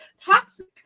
toxic